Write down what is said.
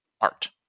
Art